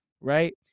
right